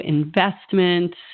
investment